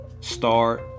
start